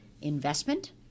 investment